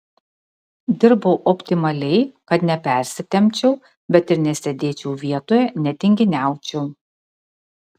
dirbau optimaliai kad nepersitempčiau bet ir nesėdėčiau vietoje netinginiaučiau